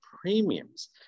premiums